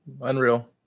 Unreal